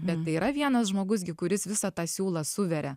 bet tai yra vienas žmogus gi kuris visą tą siūlą suveria